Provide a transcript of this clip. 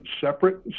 separate